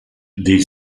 des